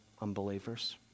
unbelievers